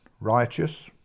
Righteous